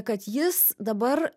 kad jis dabar